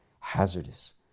hazardous